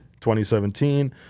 2017